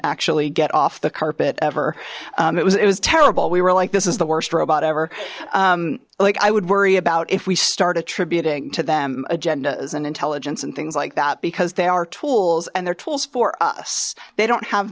actually get off the carpet ever it was it was terrible we were like this is the worst robot ever like i would worry about if we start attributing to them agendas and intelligence and things like that because they are tools and they're tools for us they don't have